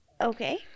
Okay